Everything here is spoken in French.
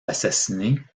assassinée